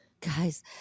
guys